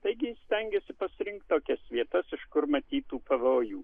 taigi stengiasi pasirinkt tokias vietas iš kur matytų pavojų